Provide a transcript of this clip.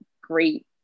great